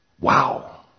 Wow